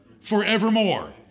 forevermore